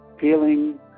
Feeling